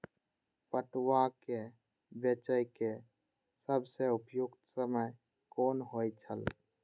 पटुआ केय बेचय केय सबसं उपयुक्त समय कोन होय छल?